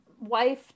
wife